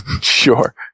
Sure